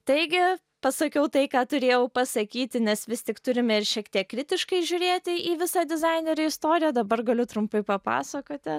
tai gi pasakiau tai ką turėjau pasakyti nes vis tik turime ir šiek tiek kritiškai žiūrėti į visą dizainerių istoriją dabar galiu trumpai papasakoti